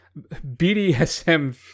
BDSM